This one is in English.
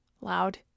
loud